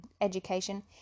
education